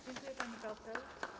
Dziękuję, pani poseł.